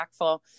impactful